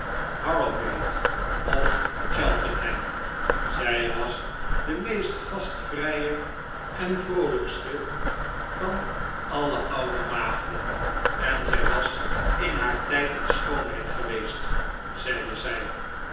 harrogate of cheltenham zij was de meest gastvrije en vroolijkste van alle oude maagden en zij was in haar tijd een schoonheid geweest zeide zij